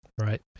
right